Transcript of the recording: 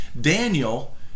Daniel